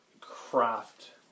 Craft